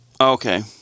Okay